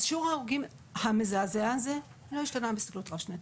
אז שיעור ההרוגים המזעזע הזה לא השתנה בהסתכלות רב-שנתית.